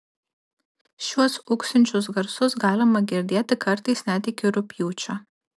šiuos ūksinčius garsus galima girdėti kartais net iki rugpjūčio